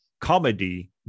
comedy